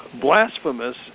blasphemous